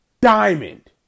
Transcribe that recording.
diamond